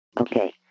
Okay